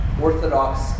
orthodox